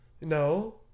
No